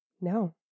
No